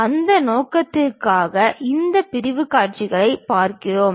அந்த நோக்கத்திற்காக இந்த பிரிவுக் காட்சிகளைப் பார்க்கிறோம்